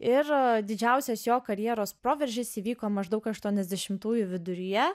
ir didžiausias jo karjeros proveržis įvyko maždaug aštuoniasdešimtųjų viduryje